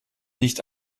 nicht